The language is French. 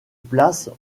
place